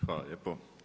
Hvala lijepo.